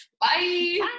Bye